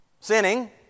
sinning